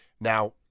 Now